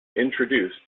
introduced